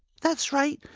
that's right!